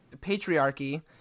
patriarchy